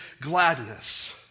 gladness